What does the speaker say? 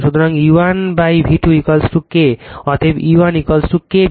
সুতরাং E1 V2 K অতএব E1 K V2